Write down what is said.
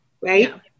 Right